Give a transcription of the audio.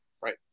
Right